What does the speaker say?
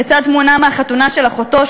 לצד תמונה מהחתונה של אחותו,